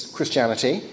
Christianity